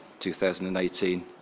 2018